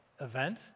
event